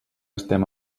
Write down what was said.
estem